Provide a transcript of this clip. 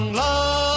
love